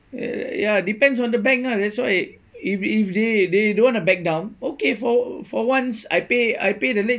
ya depends on the bank ah that's why if if they they don't want to back down okay for for once I pay I pay the late